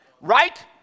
right